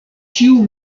ĉiu